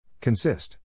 Consist